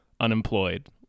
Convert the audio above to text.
unemployed